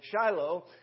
Shiloh